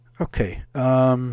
Okay